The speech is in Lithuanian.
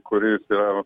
kuris yra